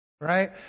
right